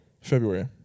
February